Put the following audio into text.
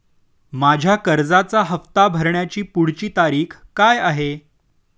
माझ्या कर्जाचा हफ्ता भरण्याची पुढची तारीख काय आहे?